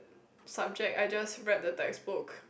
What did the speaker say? subject I just read the text book